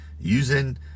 using